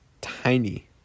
Tiny